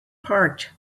parked